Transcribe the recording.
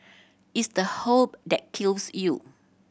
it's the hope that kills you